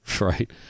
right